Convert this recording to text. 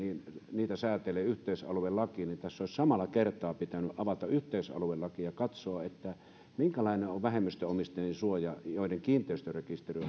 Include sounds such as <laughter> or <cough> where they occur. niitä säätelee yhteisaluelaki ja tässä olisi samalla kertaa pitänyt avata yhteisaluelaki ja katsoa minkälainen on sellaisten vähemmistöomistajien suoja joiden kiinteistörekisteriin <unintelligible>